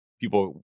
people